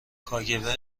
کاگب